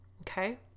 okay